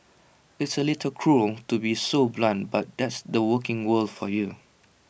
it's A little cruel to be so blunt but that's the working world for you